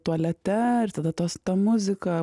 tualete ir tada tos ta muzika